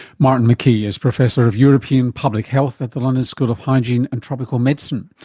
martin mckee is professor of european public health at the london school of hygiene and tropical medicine.